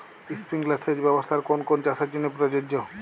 Sprinkler সেচ ব্যবস্থার কোন কোন চাষের জন্য প্রযোজ্য?